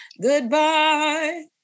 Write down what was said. Goodbye